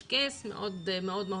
יש קייס מאוד מהותי.